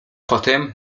potem